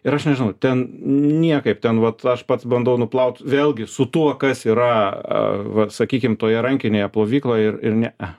ir aš nežinau ten niekaip ten vat aš pats bandau nuplaut vėlgi su tuo kas yra vat sakykim toje rankinėje plovykloje ir ne nesigauna